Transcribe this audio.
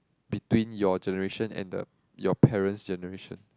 between your generation and the your parent's generation